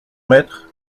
maître